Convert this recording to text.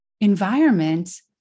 environment